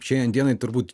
šiandien dienai turbūt